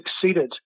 succeeded